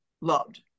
loved